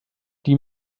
die